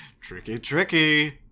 Tricky-tricky